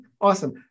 awesome